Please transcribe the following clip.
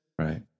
Right